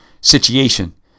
Situation